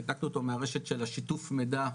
ניתקנו אותו מהרשת של השיתוף מידע,